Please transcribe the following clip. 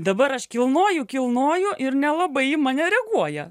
dabar aš kilnoju kilnoju ir nelabai į mane reaguoja